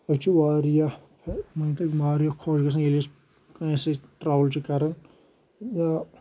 أسۍ چھِ واریاہ مٲنۍتو واریاہ خۄش گژھان ییٚلہِ أسۍ کٲنٛسہِ سۭتۍ ٹرٛاوٕل چھِ کَران یا